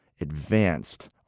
advanced